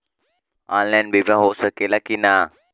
Online बीमा हो सकेला की ना?